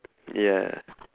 yeah